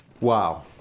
Wow